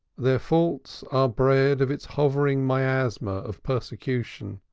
their faults are bred of its hovering miasma of persecution,